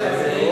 נכון.